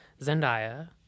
Zendaya